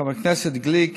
חבר הכנסת גליק,